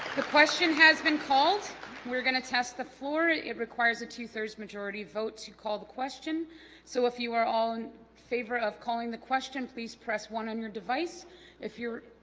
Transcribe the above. the question has been called we're gonna test the floor it it requires a two-thirds majority votes you call the question so if you are all in favor of calling the question please press one on your device if you're